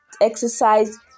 Exercise